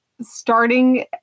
starting